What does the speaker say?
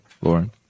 Lauren